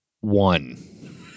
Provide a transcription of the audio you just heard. One